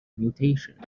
mutation